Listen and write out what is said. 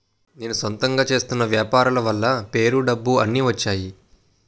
నేను సొంతంగా చేస్తున్న వ్యాపారాల వల్ల పేరు డబ్బు అన్ని వచ్చేయి